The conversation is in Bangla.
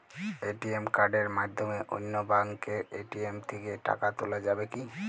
এ.টি.এম কার্ডের মাধ্যমে অন্য ব্যাঙ্কের এ.টি.এম থেকে টাকা তোলা যাবে কি?